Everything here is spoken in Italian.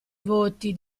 voti